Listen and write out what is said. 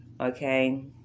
Okay